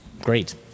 great